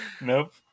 Nope